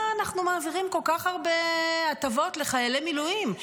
אנחנו מעבירים כל כך הרבה הטבות לחיילי מילואים?